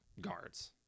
guards